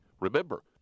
Remember